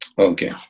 Okay